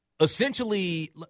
essentially